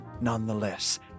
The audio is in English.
nonetheless